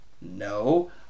no